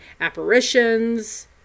apparitions